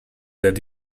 that